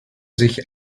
sich